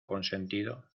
consentido